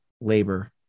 labor